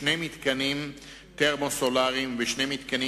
שני מתקנים תרמו-סולריים ושני מתקנים